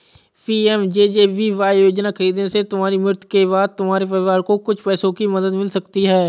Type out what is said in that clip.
PMJJBY योजना खरीदने से तुम्हारी मृत्यु के बाद तुम्हारे परिवार को कुछ पैसों की मदद मिल सकती है